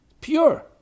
pure